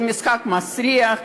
זה משחק מסריח,